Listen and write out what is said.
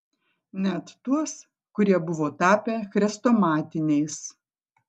net tuos kurie buvo tapę chrestomatiniais